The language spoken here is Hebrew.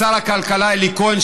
לשר הכלכלה אלי כהן,